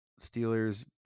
Steelers